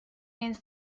means